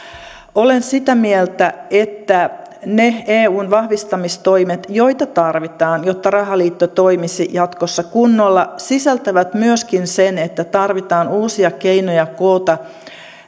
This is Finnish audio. olen sitä mieltä että ne eun vahvistamistoimet joita tarvitaan jotta rahaliitto toimisi jatkossa kunnolla sisältävät myöskin sen että tarvitaan uusia keinoja koota